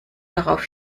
darauf